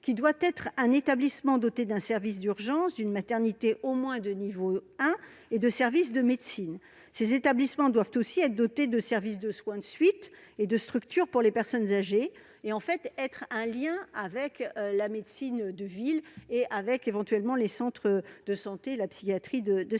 doit être un établissement doté d'un service d'urgences, d'une maternité de niveau 1, au minimum, et de services de médecine. Ces établissements doivent aussi avoir un service de soins de suite et une structure pour les personnes âgées. Enfin, ils doivent être un lien avec la médecine de ville et, éventuellement, avec les centres de santé et la psychiatrie de secteur.